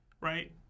right